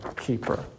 Keeper